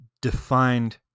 defined